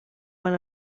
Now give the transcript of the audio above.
van